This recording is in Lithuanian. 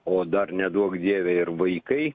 o dar neduok dieve ir vaikai